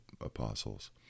apostles